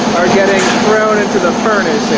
are getting thrown into the furnace